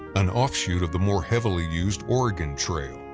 an offshoot of the more heavily used oregon trial.